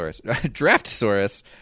Draftsaurus